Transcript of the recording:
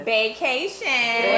vacation